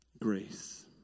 grace